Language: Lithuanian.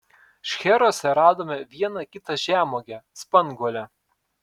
šcheruose radome vieną kitą žemuogę spanguolę